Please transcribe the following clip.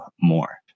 more